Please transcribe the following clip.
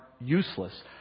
useless